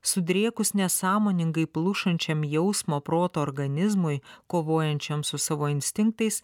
sudrėkus nesąmoningai plušančiam jausmo proto organizmui kovojančioms su savo instinktais